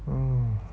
hmm